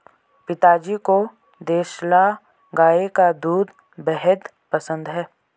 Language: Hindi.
पिताजी को देसला गाय का दूध बेहद पसंद है